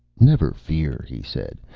never fear, he said.